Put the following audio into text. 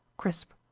crisp,